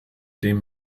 dem